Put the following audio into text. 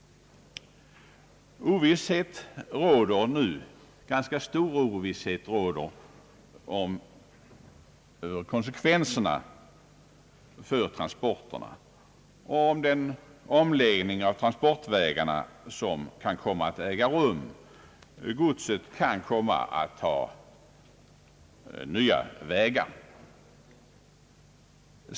Ganska stor ovisshet råder nu om konsekvenserna för transporterna och om den omläggning av transportvägarna som kan komma att bli följden. Godset kan komma att ta nya vägar.